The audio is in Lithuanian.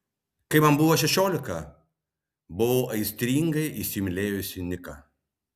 kai man buvo šešiolika buvau aistringai įsimylėjusi niką